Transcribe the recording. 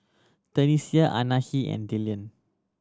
Tenisha Anahi and Dillion